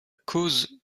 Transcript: cause